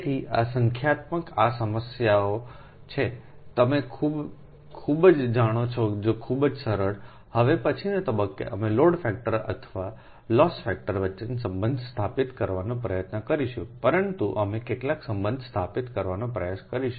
તેથી આ સંખ્યાત્મક આ સમસ્યાઓ છે તમે ખૂબ જ જાણો છો ખૂબ જ સરળ હવે પછીના તબક્કે અમે લોડ ફેક્ટર અથવા લોસ ફેક્ટર વચ્ચેનો સંબંધ સ્થાપિત કરવાનો પ્રયત્ન કરીશું પરંતુ અમે કેટલાક સંબંધ સ્થાપિત કરવાનો પ્રયાસ કરીશું